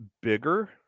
bigger